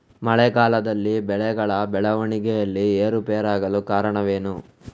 ಮಳೆಗಾಲದಲ್ಲಿ ಬೆಳೆಗಳ ಬೆಳವಣಿಗೆಯಲ್ಲಿ ಏರುಪೇರಾಗಲು ಕಾರಣವೇನು?